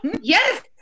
Yes